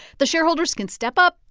the shareholders can step up,